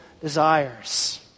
desires